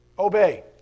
obey